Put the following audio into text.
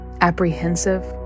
apprehensive